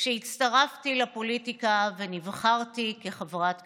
כשהצטרפתי לפוליטיקה ונבחרתי לחברת הכנסת.